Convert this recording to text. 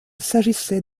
s’agissait